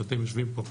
שאתם יושבים פה.